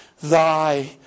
thy